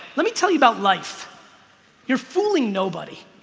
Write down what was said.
let me tell you about life you're fooling nobody.